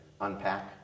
Unpack